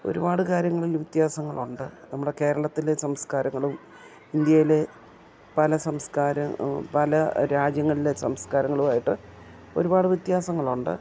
ഒരുപാട് കാര്യങ്ങളിൽ വ്യത്യാസങ്ങളുണ്ട് നമ്മുടെ കേരളത്തിലെ സംസ്കാരങ്ങളും ഇന്ത്യയിലെ പല സംസ്കാര പല രാജ്യങ്ങളിലെ സംസ്കാരങ്ങളുമായിട്ട് ഒരുപാട് വ്യത്യാസങ്ങളുണ്ട്